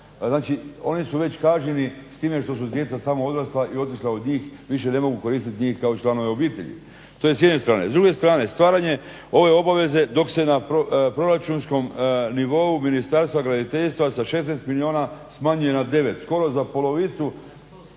Znači oni su već kažnjeni time što su djeca samo odrasla i otišla od njih, više ne mogu koristit njih kao članove obitelji. To je s jedne strane. S druge strane, stvaranje ove obaveze dok se na proračunskom nivou Ministarstva graditeljstva sa 16 milijuna smanjuje na 9, skoro za polovicu,